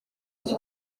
iki